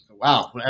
Wow